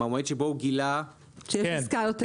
מהמועד שבו הוא גילה --- שיש עסקה יותר טובה.